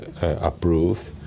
approved